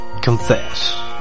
confess